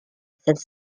sept